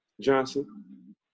Johnson